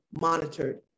monitored